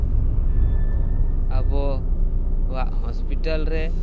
ᱟᱵᱚᱣᱟᱜ ᱦᱚᱥᱯᱤᱴᱟᱞ ᱨᱮ